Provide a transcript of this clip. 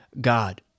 God